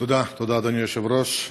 תודה, אדוני היושב-ראש.